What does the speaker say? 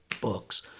books